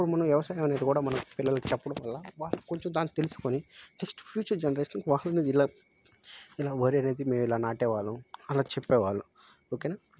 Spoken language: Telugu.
ఇప్పుడు మనం వ్యవసాయం అనేది కూడా మన పిల్లకి చెప్పడం వల్ల వాళ్ కొంచెం దాన్ని తెలుసుకోని నెక్స్ట్ ఫ్యూచర్ జనరేషన్ వాల్ని ఇలా ఇలా వరి అనేది మేం ఇలా నాటేవాళ్ళం అలా చెప్పేవాళ్ళు ఓకేనా